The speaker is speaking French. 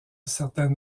certaines